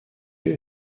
lieu